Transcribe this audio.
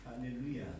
Hallelujah